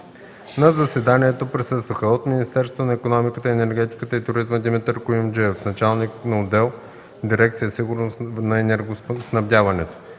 На заседанието присъстваха: от Министерството на икономиката, енергетиката и туризма – Димитър Куюмджиев – началник на отдел в дирекция „Сигурност на енергоснабдяването“,